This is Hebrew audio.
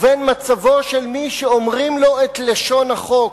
ובין מצבו של מי שאומרים לו את לשון החוק: